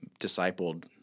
discipled